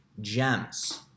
gems